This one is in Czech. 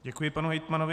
Děkuji panu hejtmanovi.